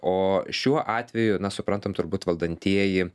o šiuo atveju na suprantam turbūt valdantieji